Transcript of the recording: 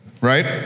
Right